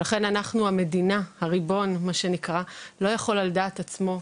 אנחנו רוצים לדעת בדיוק על משרד שאומר לזה לא.